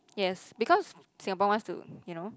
yes because Singapore wants to you know